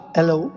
Hello